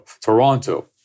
Toronto